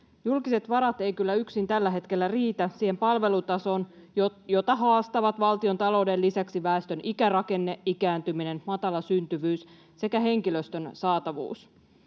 Julkiset varat eivät kyllä yksin tällä hetkellä riitä siihen palvelutasoon, jota haastavat valtiontalouden lisäksi väestön ikärakenne, ikääntyminen, matala syntyvyys sekä henkilöstön saatavuus.